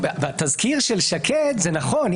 בתזכיר של שקד זה נכון,